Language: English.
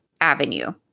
Avenue